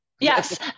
yes